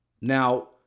Now